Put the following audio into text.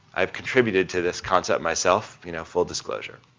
i have contributed to this concept myself, you know, full disclosure.